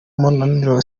munaniro